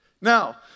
Now